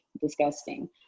disgusting